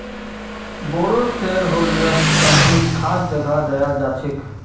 बोरो शेयरहोल्डरक कम्पनीत खास जगह दयाल जा छेक